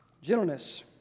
gentleness